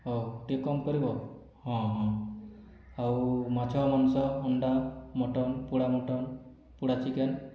ହେଉ ଟିକିଏ କମ୍ କରିବ ହଁ ହଁ ଆଉ ମାଛ ମାଂସ ଅଣ୍ଡା ମଟନ ପୋଡ଼ା ମଟନ ପୋଡ଼ା ଚିକେନ